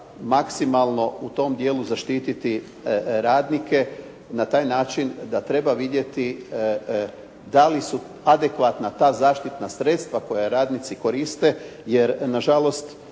maksimalno u tom dijelu zaštiti radnike na taj način da treba vidjeti da li su adekvatna ta zaštitna sredstva koja radnici koriste, jer na žalost